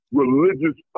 religious